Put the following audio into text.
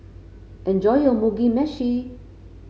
enjoy your Mugi Meshi